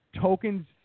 Token's